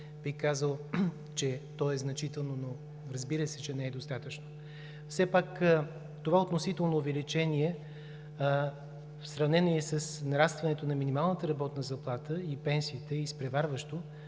Бих казал, че то е значително, но, разбира се, че не е достатъчно. Все пак това относително увеличение в сравнение с нарастването на минималната работна заплата и пенсиите е изпреварващо,